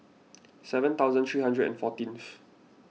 seven thousand three hundred and fourteen